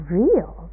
real